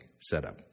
setup